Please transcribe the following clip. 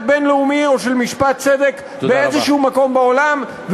בין-לאומי או של משפט צדק במקום כלשהו בעולם,